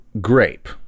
Grape